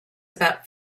about